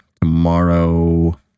tomorrow